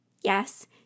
Yes